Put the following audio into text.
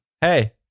Hey